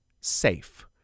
SAFE